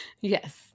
Yes